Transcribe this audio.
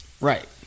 Right